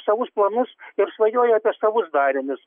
savus planus ir svajoja apie savus darinius